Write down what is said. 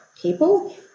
people